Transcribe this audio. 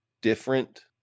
different